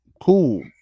Cool